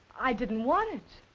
i didn't want it.